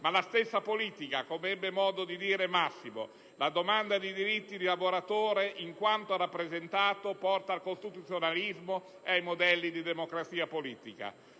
ma la stessa politica, come ebbe modo di dire Massimo: «la domanda di diritti del lavoratore (in quanto rappresentato) porta al costituzionalismo e ai modelli della democrazia politica».